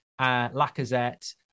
Lacazette